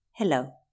Hello